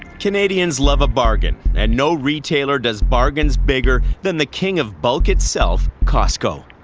canadians love a bargain. and no retailer does bargains bigger than the king of bulk itself, costco.